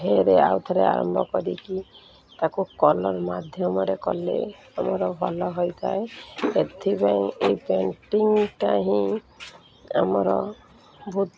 ଫେର ଆଉ ଥରେ ଆରମ୍ଭ କରିକି ତାକୁ କଲର୍ ମାଧ୍ୟମରେ କଲେ ଆମର ଭଲ ହୋଇଥାଏ ଏଥିପାଇଁ ଏଇ ପେଣ୍ଟିଂଟା ହିଁ ଆମର ବହୁତ